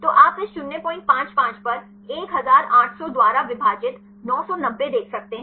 तो आप इस 055 पर 1800 द्वारा विभाजित 990 देख सकते हैं